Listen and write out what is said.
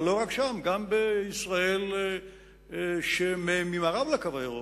אבל לא רק שם, גם בישראל שממערב ל"קו הירוק"